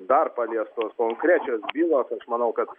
dar paliestos konkrečios bylos aš manau kad